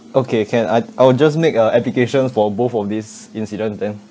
okay can I'd I will just make a applications for both of these incident then